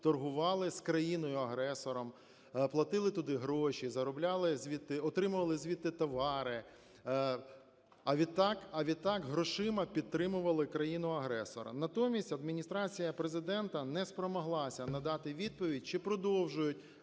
торгували з країною-агресором, платили туди гроші, заробляли звідти... отримували звідти товари, а відтак, а відтак грошима підтримували країну-агресора. Натомість Адміністрація Президента не спромоглася надати відповідь, чи продовжують